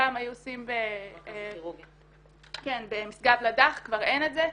פעם היו עושים במשגב לדך, כבר אין את זה.